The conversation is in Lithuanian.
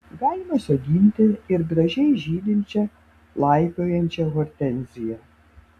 galima sodinti ir gražiai žydinčią laipiojančią hortenziją